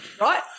Right